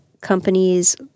companies